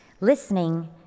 listening